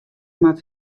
moat